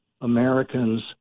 Americans